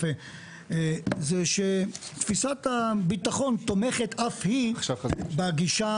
זה שתפיסת הביטחון תומכת אף היא בגישה